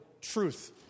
truth